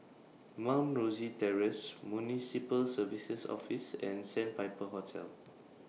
Mount Rosie Terrace Municipal Services Office and Sandpiper Hotel